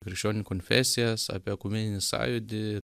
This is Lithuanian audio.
krikščionių konfesijas apie ekumeninį sąjūdį